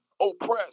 oppressed